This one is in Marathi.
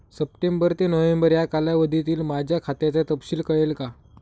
सप्टेंबर ते नोव्हेंबर या कालावधीतील माझ्या खात्याचा तपशील कळेल का?